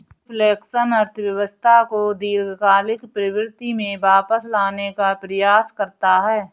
reflection अर्थव्यवस्था को दीर्घकालिक प्रवृत्ति में वापस लाने का प्रयास करता है